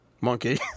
monkey